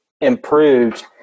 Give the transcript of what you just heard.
improved